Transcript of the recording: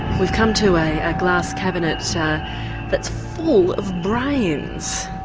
we've come to a glass cabinet that's full of brains,